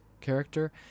character